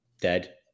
dead